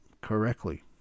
correctly